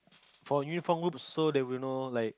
for uniform groups so they will know like